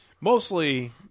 mostly